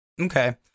Okay